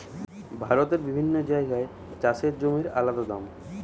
ভারতের বিভিন্ন জাগায় চাষের জমির আলদা দাম